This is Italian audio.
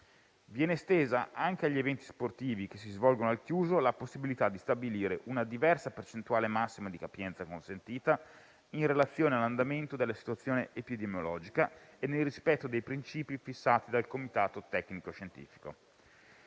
viene estesa anche agli eventi sportivi che si svolgono al chiuso la possibilità di stabilire una diversa percentuale massima di capienza consentita in relazione all'andamento della situazione epidemiologica e nel rispetto dei principi fissati dal Comitato tecnico-scientifico.